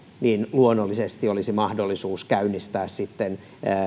luonnollisesti olisi sitten mahdollisuus käynnistää